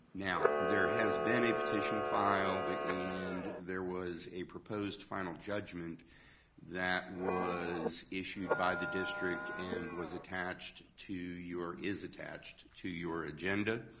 now, there has been a petition filed, and there was a proposed final judgment that was issued by the district, and was attached to your, is attached to your agenda.